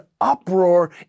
uproar